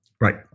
Right